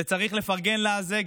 וצריך לפרגן לה על זה.